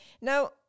Now